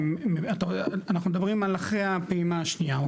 אנחנו מדברים על אחרי הפעימה השנייה.